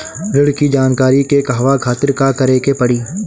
ऋण की जानकारी के कहवा खातिर का करे के पड़ी?